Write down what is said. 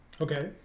Okay